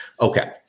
okay